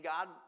God